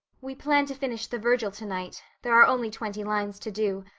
we plan to finish the virgil tonight. there are only twenty lines to do.